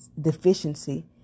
deficiency